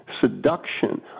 seduction